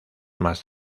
más